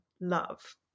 love